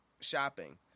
shopping